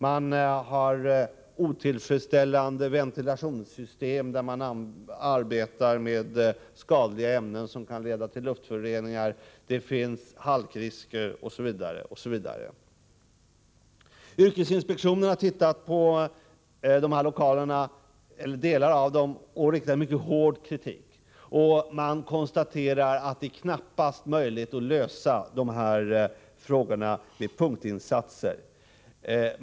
Man har otillfredsställande ventilationssystem, trots att man arbetar med skadliga ämnen, som kan leda till luftföroreningar. Det föreligger halkrisker, osv. Yrkesinspektionen har tittat på delar av dessa lokaler och riktar en mycket hård kritik mot dem. Man konstaterar att det knappast är möjligt att lösa dessa frågor med punktinsatser.